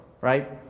right